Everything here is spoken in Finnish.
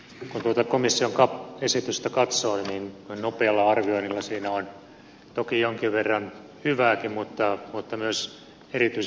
kun tuota komission cap esitystä katsoi niin nopealla arvioinnilla siinä on toki jonkin verran hyvääkin mutta myös erityisen paljon huonoa